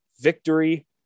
victory